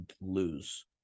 lose